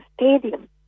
stadium